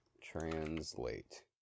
Translate